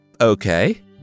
Okay